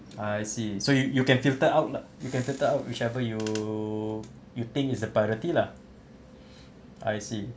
ah I see so you you can filter out lah you can filter out whichever you you think is the priority lah I see